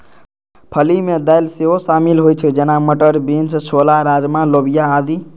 फली मे दालि सेहो शामिल होइ छै, जेना, मटर, बीन्स, छोला, राजमा, लोबिया आदि